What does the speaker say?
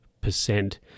percent